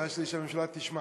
הבעיה שלי היא שהממשלה תשמע.